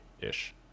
ish